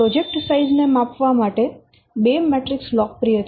project size ને માપવા માટે બે મેટ્રિક્સ લોકપ્રિય છે